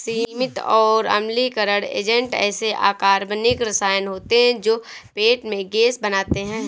सीमित और अम्लीकरण एजेंट ऐसे अकार्बनिक रसायन होते हैं जो पेट में गैस बनाते हैं